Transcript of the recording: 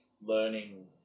learning